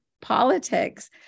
politics